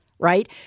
Right